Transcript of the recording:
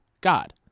God